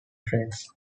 trains